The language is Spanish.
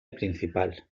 principal